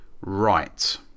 right